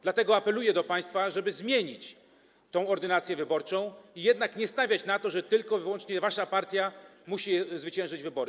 Dlatego apeluję do państwa, żeby zmienić tę ordynację wyborczą i jednak nie stawiać na to, że tylko i wyłącznie wasza partia musi zwyciężyć wybory.